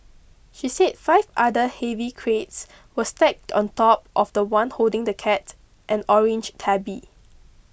she said five other heavy crates were stacked on top of the one holding the cat an orange tabby